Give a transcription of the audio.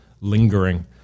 lingering